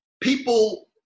people